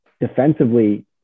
Defensively